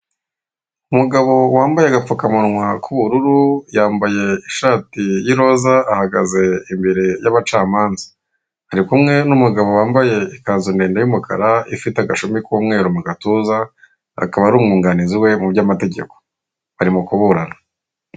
Umugabo wambaye agapfukamunwa k'ubururu, yambaye ishati y'iroza, ahagaze imbere y'abacamanza. Ari kumwe n'umugabo wambaye ikanzu ndende y'umukara ifite agashumi k'umweru mu gatuza, bari kuburana.